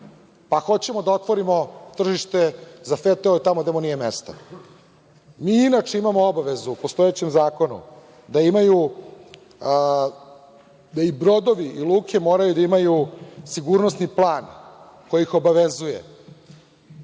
pa hoćemo da otvorimo tržište za FTO tamo gde mu nije mesto. Mi inače imamo obavezu u postojećem Zakonu da i brodovi i luke moraju da imaju sigurnosni plan koji ih obavezuje,